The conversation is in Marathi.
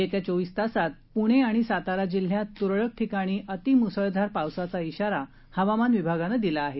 येत्या चोवीस तासात पुणे आणि सातारा जिल्ह्यात तुरळक ठिकाणी अतिमुसळधार पावसाचा खोरा हवामान विभागानं दिला आहे